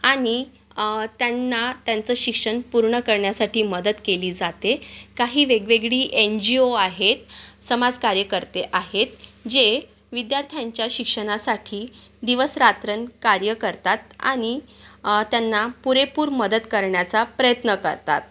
आणि त्यांना त्यांचं शिक्षण पूर्ण करण्यासाठी मदत केली जाते काही वेगवेगळी एन जी ओ आहेत समाजकार्यकर्ते आहेत जे विद्यार्थ्यांच्या शिक्षणासाठी दिवसरात्र कार्य करतात आणि त्यांना पुरेपूर मदत करण्याचा प्रयत्न करतात